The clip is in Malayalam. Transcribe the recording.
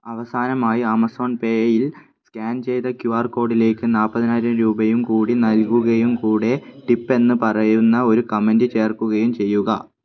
അവസാനമായി ആമസോൺ പേയിൽ സ്കാൻ ചെയ്ത ക്യു ആർ കോഡിലേക്ക് നാൽപ്പത്തിനായിരം രൂപയും കൂടി നൽകുകയും കൂടെ ടിപ്പ് എന്ന് പറയുന്ന ഒരു കമൻ്റ് ചേർക്കുകയും ചെയ്യുക